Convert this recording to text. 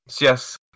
Yes